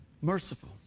Merciful